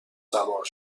سوار